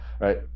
Right